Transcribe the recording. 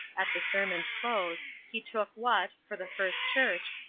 at the sermon's close, he took what, for the first church,